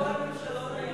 שישבה בכל ממשלות הימין.